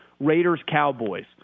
Raiders-Cowboys